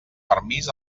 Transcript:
permís